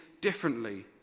differently